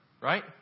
right